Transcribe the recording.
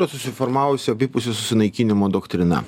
to susiformavusio abipusio susinaikinimo doktrina